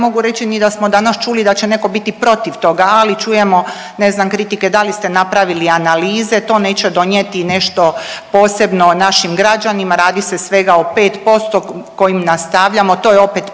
ne mogu reći ni da smo danas čuli da će neko biti protiv toga, ali čujemo ne znam kritike da li ste napravili analize, to neće donijeti nešto posebno našim građanima, radi se svega o 5% kojim nastavljamo, to je opet PDV